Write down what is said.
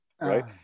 Right